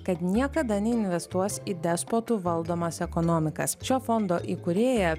kad niekada neinvestuos į despotų valdomas ekonomikas šio fondo įkūrėja